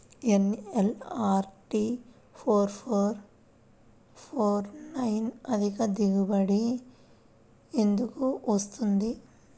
LNR three four four four nine అధిక దిగుబడి ఎందుకు వస్తుంది?